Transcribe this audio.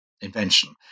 invention